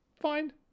fine